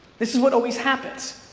this is what always happens,